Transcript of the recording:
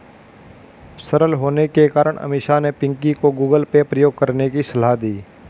सरल होने के कारण अमीषा ने पिंकी को गूगल पे प्रयोग करने की सलाह दी